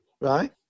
right